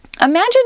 Imagine